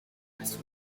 reste